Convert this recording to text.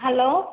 hello